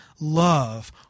love